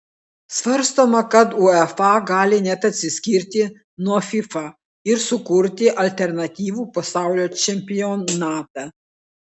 svarstoma kad uefa gali net atsiskirti nuo fifa ir sukurti alternatyvų pasaulio čempionatą